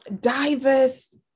diverse